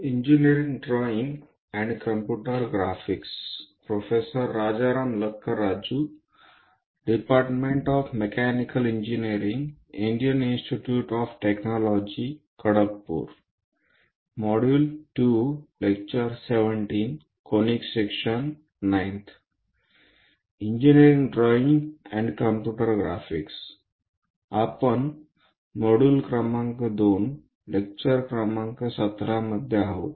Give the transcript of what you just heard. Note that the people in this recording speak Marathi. engineering drawing and computer graphics आपण मॉड्यूल क्रमांक 2 लेक्चर क्रमांक 17 मध्ये आहोत